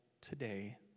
today